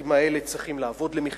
הסטודנטים האלה צריכים לעבוד למחייתם,